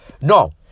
No